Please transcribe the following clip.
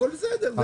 הכול בסדר.